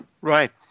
Right